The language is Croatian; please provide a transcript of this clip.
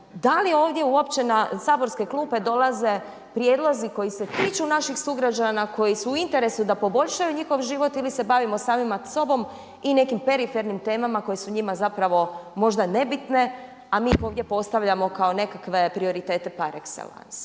da li ovdje uopće na saborske klupe dolaze prijedlozi koji se tiču naših sugrađana, koji su u interesu da poboljšaju njihov život ili se bavimo samima sobom i nekim perifernim temama koje su njima zapravo možda nebitne a mi ih ovdje postavljamo kao nekakve prioritete par excellance.